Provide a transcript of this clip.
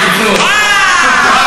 לפרט, אהה.